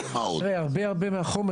הרבה מהחומר